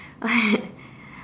but